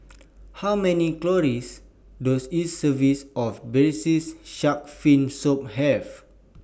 How Many Calories Does A Service of Braised Shark Fin Soup Have